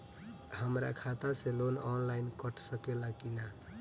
हमरा खाता से लोन ऑनलाइन कट सकले कि न?